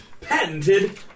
patented